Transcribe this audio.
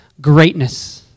greatness